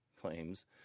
claims